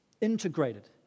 integrated